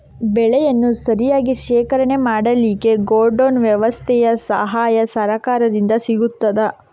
ಬೆಳೆಯನ್ನು ಸರಿಯಾಗಿ ಶೇಖರಣೆ ಮಾಡಲಿಕ್ಕೆ ಗೋಡೌನ್ ವ್ಯವಸ್ಥೆಯ ಸಹಾಯ ಸರಕಾರದಿಂದ ಸಿಗುತ್ತದಾ?